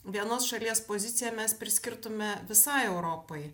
vienos šalies poziciją mes priskirtume visai europai